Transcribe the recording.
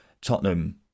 Tottenham